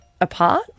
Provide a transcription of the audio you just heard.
apart